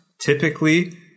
typically